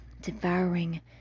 devouring